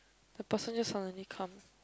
the person just suddenly come